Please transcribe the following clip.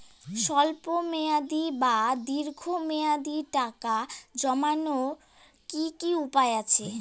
স্বল্প মেয়াদি বা দীর্ঘ মেয়াদি টাকা জমানোর কি কি উপায় আছে?